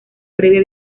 previa